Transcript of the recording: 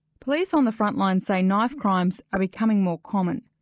police on the front line say knife crimes are becoming more common.